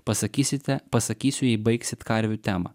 pasakysite pasakysiu jei baigsit karvių temą